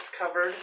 covered